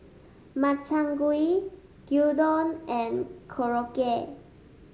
Makchang Gui Gyudon and Korokke